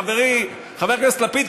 חברי חבר הכנסת לפיד,